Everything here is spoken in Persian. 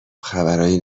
خبرهای